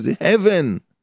heaven